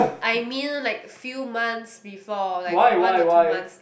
I mean like a few months before like one or two months